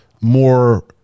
more